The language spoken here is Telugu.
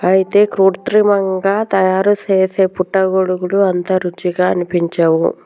అయితే కృత్రిమంగా తయారుసేసే పుట్టగొడుగులు అంత రుచిగా అనిపించవు